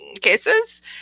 Cases